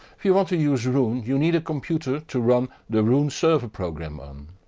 if you want to use roon, you need a computer to run the roon server program on.